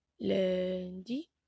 Lundi